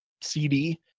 CD